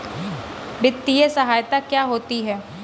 वित्तीय सहायता क्या होती है?